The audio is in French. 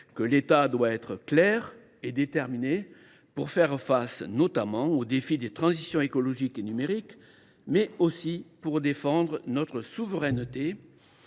que l’État doit être clair et déterminé, notamment pour faire face aux défis des transitions écologique et numérique, mais aussi pour défendre notre souveraineté